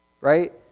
Right